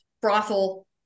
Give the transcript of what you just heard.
brothel